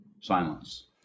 Silence